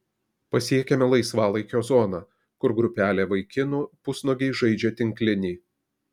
pasiekiame laisvalaikio zoną kur grupelė vaikinų pusnuogiai žaidžia tinklinį